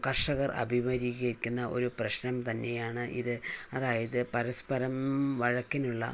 കർഷകർ അഭിമുഖീകരിക്കുന്ന ഒരു പ്രശ്നം തന്നെയാണ് ഇത് അതായത് പരസ്പരം വഴക്കിനുള്ള